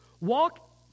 Walk